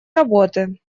работы